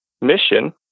mission